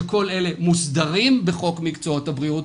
שכל אלה מוסדרים בחוק מקצועות הבריאות,